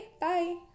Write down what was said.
Bye